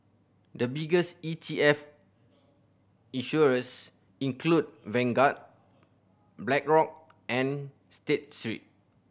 the biggest E T F issuers include Vanguard Blackrock and State Street